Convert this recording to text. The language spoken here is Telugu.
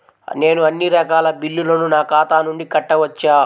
నేను అన్నీ రకాల బిల్లులను నా ఖాతా నుండి కట్టవచ్చా?